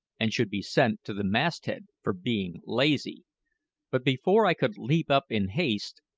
and should be sent to the masthead for being lazy but before i could leap up in haste,